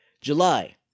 July